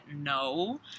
no